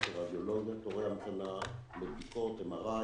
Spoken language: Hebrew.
תורי המתנה לבדיקות MRI,